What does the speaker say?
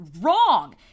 wrong